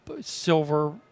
silver